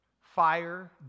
Fire